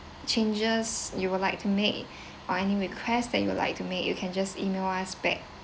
changes you would like to make or any request that you would like to make you can just email us back